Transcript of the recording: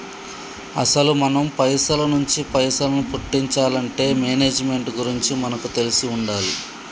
అసలు మనం పైసల నుంచి పైసలను పుట్టించాలంటే మేనేజ్మెంట్ గురించి మనకు తెలిసి ఉండాలి